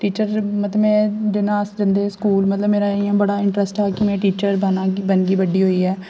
teacher मतलब में जौलै अस जंदे हे स्कूल मतलब मेरा ऐ इ'यां बड़ा इंटरेस्ट हा कि कि में टीचर बनगी बड्डी होइयै